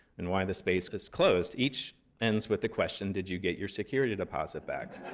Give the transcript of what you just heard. and why the space was closed. each ends with the question, did you get your security deposit back?